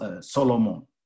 Solomon